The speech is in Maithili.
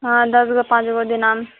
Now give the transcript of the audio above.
हाँ दशगो पाँचगो दिनाम